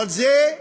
אבל את זה,